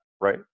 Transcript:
Right